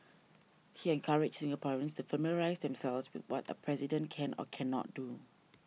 he encouraged Singaporeans to familiarise themselves with what a President can or cannot do